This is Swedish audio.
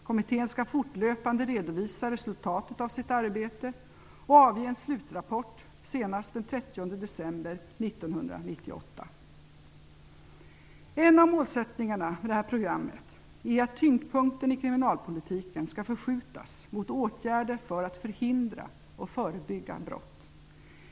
Kommittén skall fortlöpande redovisa resultatet av sitt arbete och avge en slutrapport senast den En av målsättningarna med detta program är att tyngdpunkten i kriminalpolitiken skall förskjutas mot åtgärder för att förhindra och förebygga brott.